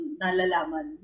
nalalaman